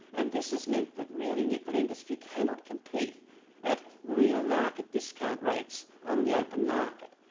and this has meant that really nuclear industry cannot compete at real market discount rates on the open market.